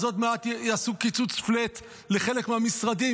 אז עוד מעט יעשו קיצוץ flat לחלק מהמשרדים,